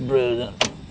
প্ৰয়োজন